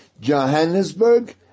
Johannesburg